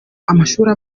amashuri